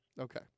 Okay